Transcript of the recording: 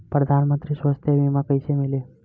प्रधानमंत्री स्वास्थ्य बीमा कइसे मिली?